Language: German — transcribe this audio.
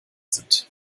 sind